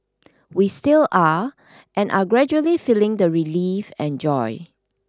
we still are and are gradually feeling the relief and joy